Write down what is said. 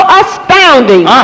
astounding